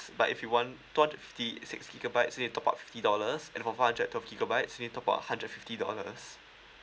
but if you want two hundred fifty six gigabyte you need to top up fifty dollars and for five hundred and twelve gigabytes you need to top up hundred fifty dollars